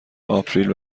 آپریل